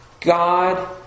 God